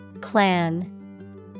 Clan